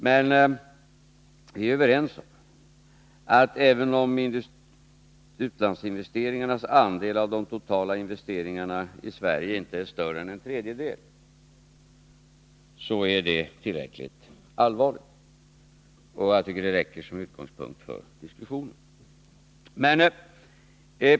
Men vi är överens om att även om utlandsinvesteringarnas andel av de totala investeringarna i Sverige inte är större än en tredjedel, är läget ändå tillräckligt allvarligt. Och jag tycker att det räcker som utgångspunkt för en diskussion.